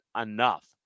enough